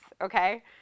Okay